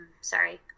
sorry